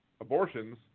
abortions